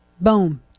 boom